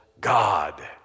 God